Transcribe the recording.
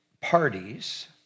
parties